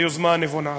היוזמה הנבונה הזו.